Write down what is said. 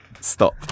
stop